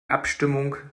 abstimmung